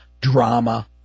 drama